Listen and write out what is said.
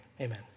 amen